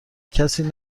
کسی